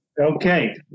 Okay